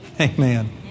Amen